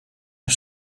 een